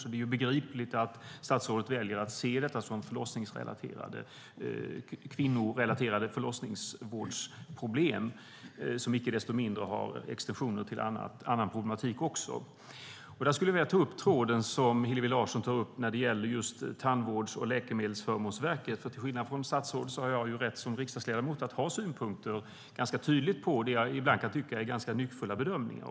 Det är alltså begripligt att statsrådet väljer att se detta som kvinnorelaterade förlossningsvårdsproblem, som icke desto mindre har extensioner till annan problematik också. Där skulle jag vilja ta upp tråden som Hillevi Larsson tog upp när det gäller just Tandvårds och läkemedelsförmånsverket, för till skillnad från statsrådet har jag rätt, som riksdagsledamot, att ha synpunkter, ganska tydliga, på det jag ibland kan tycka är ganska nyckfulla bedömningar.